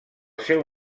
seu